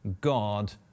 God